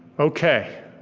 okay.